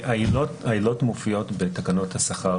העילות מופיעות היום בתקנות השכר.